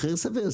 מחיר סביר,